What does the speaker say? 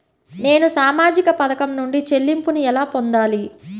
నేను సామాజిక పథకం నుండి చెల్లింపును ఎలా పొందాలి?